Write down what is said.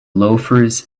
loafers